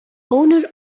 owner